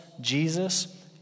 Jesus